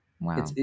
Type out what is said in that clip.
Wow